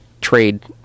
trade